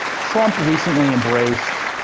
trump recently embraced